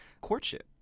courtship